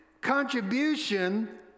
contribution